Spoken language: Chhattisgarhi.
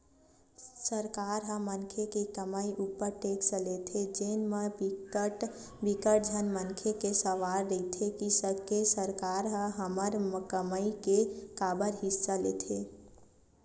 सरकार ह मनखे के कमई उपर टेक्स लेथे जेन म बिकट झन मनखे के सवाल रहिथे के सरकार ह हमर कमई के काबर हिस्सा लेथे